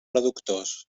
reductors